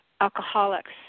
alcoholics